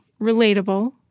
relatable